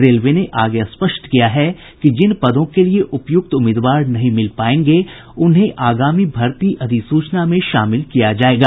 railway ने आगे स्पष्ट किया कि जिन पदों के लिए उपयुक्त उम्मीदवार नहीं मिल पायेंगे उन्हें आगामी भर्ती अधिसूचना में शामिल किया जायेगा